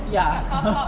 ya